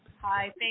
Hi